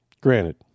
Granted